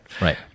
Right